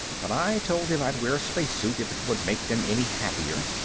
but i told them i'd wear a spacesuit if it would make them any happier.